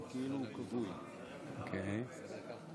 כבוד יושב-ראש הכנסת,